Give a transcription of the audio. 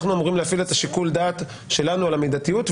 אנחנו אמורים להפעיל שיקול דעת שלנו על המידתיות,